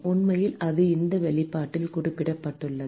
உண்மையில் அது இந்த வெளிப்பாட்டில் குறிப்பிடப்பட்டுள்ளது